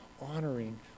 honoring